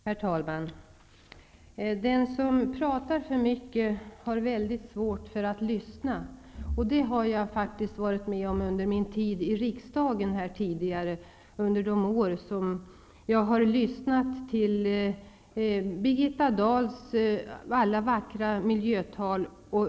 Herr talman! Den som talar för mycket har väldigt svårt att lyssna. Det har jag faktiskt varit med om under min tid i riksdagen då jag har lyssnat på Birgitta Dahls alla vackra miljötal.